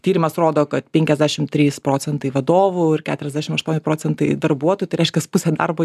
tyrimas rodo kad penkiasdešim trys procentai vadovų ir keturiasdešim aštuoni procentai darbuotojų tai reiškias pusę darbo